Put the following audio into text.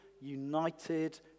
united